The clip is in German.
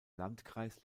landkreis